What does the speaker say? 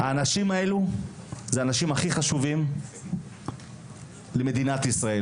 האנשים האלה זה האנשים הכי חשובים למדינת ישראל.